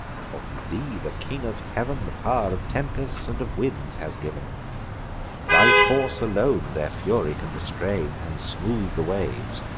for to thee the king of heav'n the pow'r of tempests and of winds has giv'n thy force alone their fury can restrain, and smooth the waves,